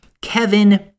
Kevin